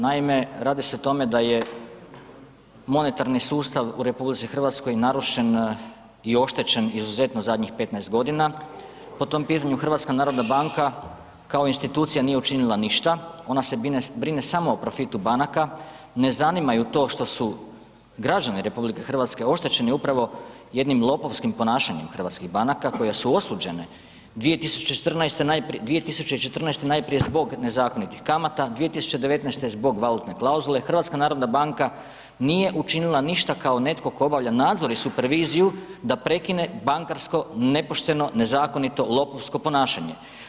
Naime radi se o tome da je monetarni sustav u RH narušen i oštećen izuzetno zadnjih 15 g., po tom pitanju HNB kao institucija nije učinila ništa, ona se brine samo o profitu banaka, ne zanima ju to što su građani RH oštećeni upravo jednim lopovskim ponašanjem hrvatskih banaka koje su osuđene 2014. najprije zbog nezakonitih kamata, 2019. zbog valutne klauzule, HNB nije učinila ništa kao netko tko obavlja nadzor i superviziju da prekine bankarsko nepošteno, nezakonito, lopovsko ponašanje.